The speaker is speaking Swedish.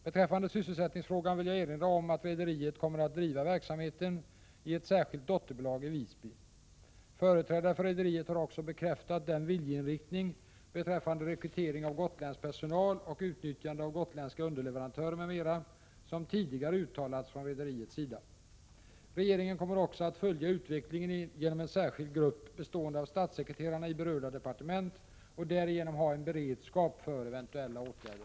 Beträffande sysselsättningsfrågan vill jag erinra om att rederiet kommer att driva verksamheten i ett särskilt dotterbolag i Visby. Företrädare för rederiet har också bekräftat den viljeinriktning beträffande rekrytering av gotländsk personal och utnyttjande av gotländska underleverantörer m.m., som tidigare uttalats från rederiets sida. Regeringen kommer också att följa utvecklingen genom en särskild grupp bestående av statssekreterarna i berörda departement och därigenom ha en beredskap för eventuella åtgärder.